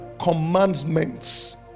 commandments